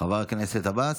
חבר הכנסת עבאס?